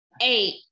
eight